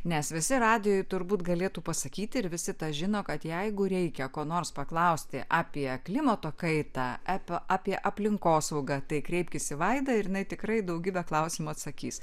nes visi radijuje turbūt galėtų pasakyti ir visi tą žino kad jeigu reikia ko nors paklausti apie klimato kaitą epą apie aplinkosaugą tai kreipkis į vaida ir jinai tikrai daugybę klausimų atsakys